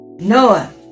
Noah